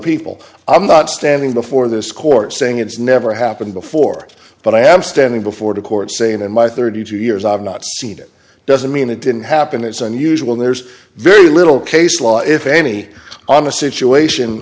people i'm not standing before this court saying it's never happened before but i am standing before the court saying in my thirty two years i've not seen it doesn't mean it didn't happen it's unusual there's very little case law if any on a situation